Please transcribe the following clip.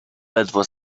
ledwo